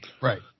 Right